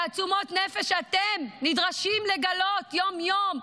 את תעצומות הנפש שאתם נדרשים לגלות יום-יום.